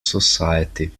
society